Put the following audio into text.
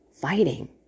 fighting